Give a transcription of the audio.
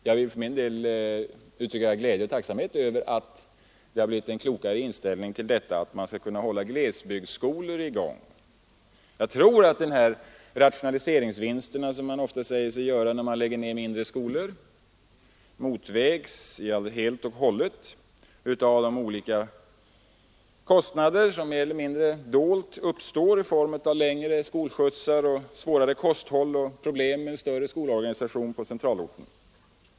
Jag vill för min del uttrycka glädje och tacksamhet över att man börjat inta en klokare inställning till att hålla glesbygdsskolor i gång. Jag tror att de rationaliseringsvinster, som man ofta säger sig göra när man lägger ned mindre skolor, helt och hållet motverkas av de mer eller mindre dolda kostnader som därvid uppstår i form av längre skolskjutsar, kosthåll och problem med en större skolorganisation på centralorten.